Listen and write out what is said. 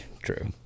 true